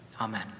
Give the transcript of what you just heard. Amen